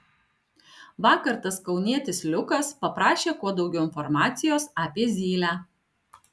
vakar tas kaunietis liukas paprašė kuo daugiau informacijos apie zylę